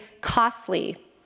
costly